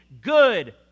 good